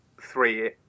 three